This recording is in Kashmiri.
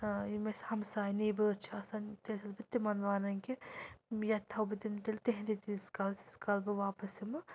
یِم اَسہِ ہمساے نیبٲرٕز چھِ آسان تیٚلہِ چھَس بہٕ تِمَن وَنان کہِ یا تھاوٕ بہٕ تِم تیٚلہِ تِہِنٛدِ تیٖتِس کالَس ییٖتِس کالہٕ بہٕ واپَس یِمہٕ